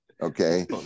Okay